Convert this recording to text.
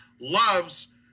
loves